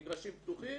מגרשים פתוחים,